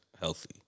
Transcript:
healthy